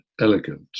elegant